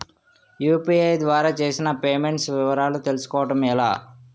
UPI ద్వారా చేసిన payments వివరాలు తెలుసుకోవటం ఎలా?